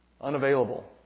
unavailable